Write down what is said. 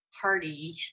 party